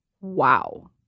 Wow